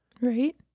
Right